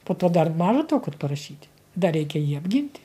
po to dar maža to kad parašyti dar reikia jį apginti